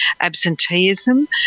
absenteeism